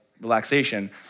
relaxation